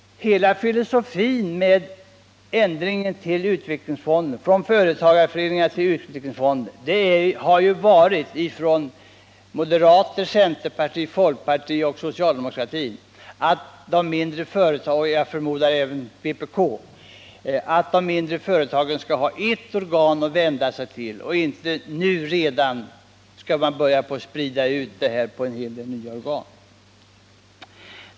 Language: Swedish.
Hela filosofin med ändringen från företagarföreningar till utvecklingsfonder har ju från moderat, centerpartistisk och socialdemokratisk sida — och jag förmodar även från vpk:s sida — varit att de mindre företagen skall ha ert organ att vända sig till och att man inte redan nu skall börja sprida ut det här på en hel del nya organ.